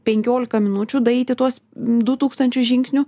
penkiolika minučių daryti tuos du tūkstančius žingsnių